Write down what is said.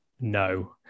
no